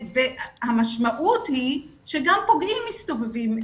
המשמעות היא שגם פוגעים מסתובבים חופשי.